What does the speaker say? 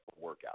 workout